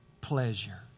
pleasure